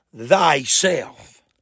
thyself